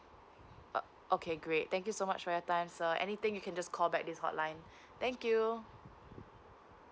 oh okay great thank you so much for your time sir anything you can just call back this hotline thank you